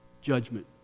judgment